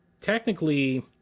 technically